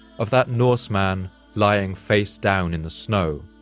of that norseman lying face-down in the snow,